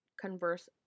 converse